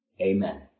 Amen